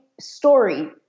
story